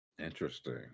Interesting